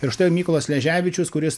ir štai mykolas sleževičius kuris